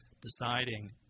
deciding